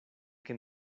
que